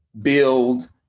build